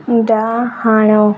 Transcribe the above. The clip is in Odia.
ଡାହାଣ